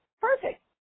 perfect